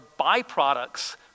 byproducts